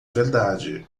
verdade